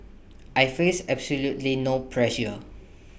I face absolutely no pressure